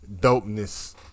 dopeness